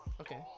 Okay